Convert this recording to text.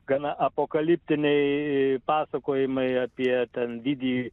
gana apokaliptiniai pasakojimai apie ten didįjį